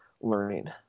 learning